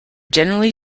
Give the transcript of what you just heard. generally